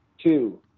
Two